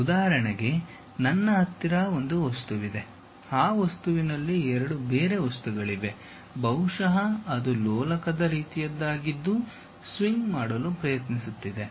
ಉದಾಹರಣೆಗೆ ನನ್ನ ಹತ್ತಿರ ಒಂದು ವಸ್ತುವಿದೆ ಆ ವಸ್ತುವಿನಲ್ಲಿ ಎರಡು ಬೇರೆ ವಸ್ತುಗಳಿವೆ ಬಹುಶಃ ಅದು ಲೋಲಕದ ರೀತಿಯದ್ದಾಗಿದ್ದು ಸ್ವಿಂಗ್ ಮಾಡಲು ಪ್ರಯತ್ನಿಸುತ್ತಿದೆ